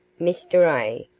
mr. a.